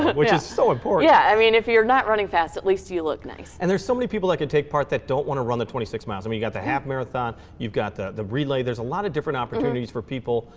which is so important. yeah, i mean, if you're not running fast, at least you look nice. and there's so many people that could take part that don't want to run the twenty six miles. i mean, you got the half marathon, you've got the the relay. there's a lot of different opportunities for people,